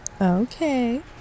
Okay